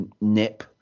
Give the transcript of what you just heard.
Nip